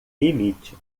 limite